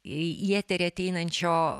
į eterį ateinančio